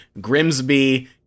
Grimsby